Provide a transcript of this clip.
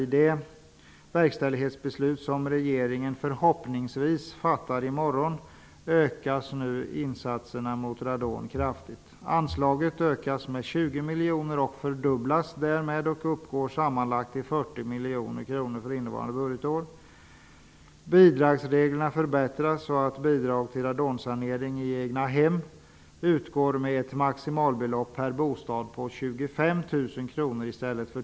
I det verkställighetsbeslut som riksdagen förhoppningsvis fattar i morgon ökas insatserna mot radon kraftigt. Anslaget ökas med 20 miljoner och fördubblas därmed. Det uppgår till sammanlagt 40 miljoner kronor innevarande budgetår. Bidragsreglerna förbättras så att bidraget till radonsanering i egnahem utgår med ett maximibelopp per bostad på 25 000 kr.